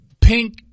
pink